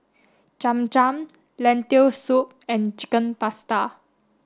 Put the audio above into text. Cham Cham Lentil Soup and Chicken Pasta